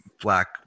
black